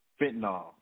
fentanyl